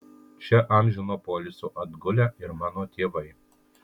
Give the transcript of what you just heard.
čia amžino poilsio atgulę ir mano tėvai